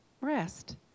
rest